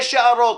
יש הערות,